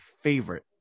favorite